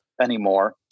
anymore